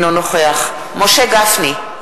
אינו נוכח משה גפני,